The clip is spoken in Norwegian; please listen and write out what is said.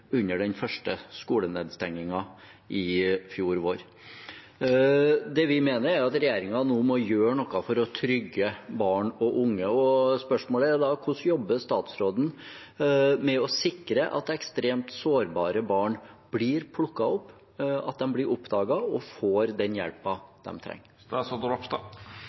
under den første skolenedstengingen i fjor vår. Det vi mener, er at regjeringen nå må gjøre noe for å trygge barn og unge. Spørsmålet er da: Hvordan jobber statsråden med å sikre at ekstremt sårbare barn blir plukket opp, at de blir oppdaget og får den hjelpen de trenger?